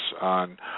on